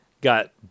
got